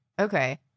Okay